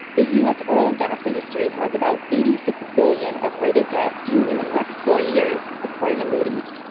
the u. s. oil and gas industry has about eighty six billion dollars of rated debt due in the next four years, according to moody's.